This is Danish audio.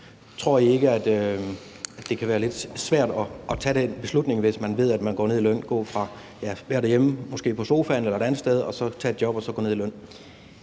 Tror I ikke, at det kan være lidt svært at tage den beslutning, hvis man ved, at man går ned i løn ved at gå fra at være derhjemme, måske på sofaen eller et andet sted, og så tager et job? Kl.